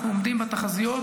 אנחנו עומדים בתחזיות.